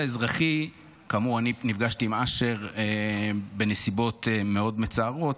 כאמור, אני נפגשתי עם אשר בנסיבות מאוד מצערות,